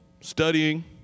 studying